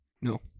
no